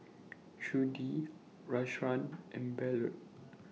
Trudie Rashawn and Ballard